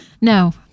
No